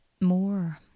more